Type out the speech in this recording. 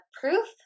proof